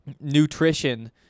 nutrition